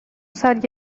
سال